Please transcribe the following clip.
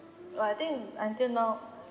but I think until now